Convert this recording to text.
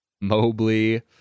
Mobley